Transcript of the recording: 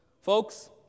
Folks